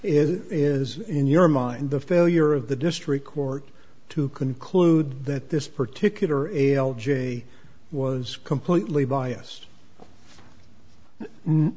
it is in your mind the failure of the district court to conclude that this particular able j was completely biased